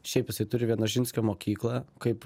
šiaip jisai turi vienožinskio mokyklą kaip